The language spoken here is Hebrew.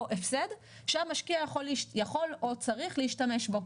הפסד שהמשקיע יכול או צריך להשתמש בו.